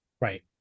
Right